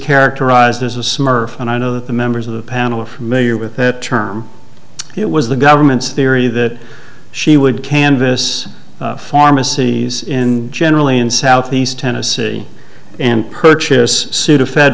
characterized as a smurf and i know that the members of the panel familiar with that term it was the government's theory that she would canvass pharmacies in generally in southeast tennessee and purchase pseud